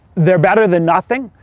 they're better than nothing,